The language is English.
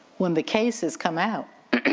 when the cases come out,